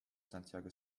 santiago